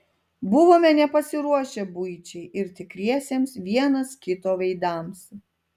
buvome nepasiruošę buičiai ir tikriesiems vienas kito veidams